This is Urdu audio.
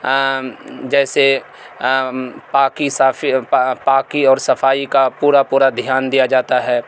جیسے پاکی صافی پاکی اور صفائی کا پورا پورا دھیان دیا جاتا ہے